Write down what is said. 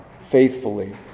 faithfully